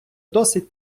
досить